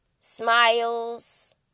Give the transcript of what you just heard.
smiles